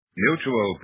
Mutual